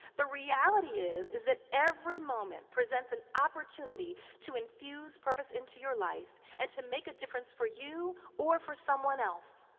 the reality is is that every moment presents an opportunity to infuse purpose into your life, and to make a difference for you or for someone else.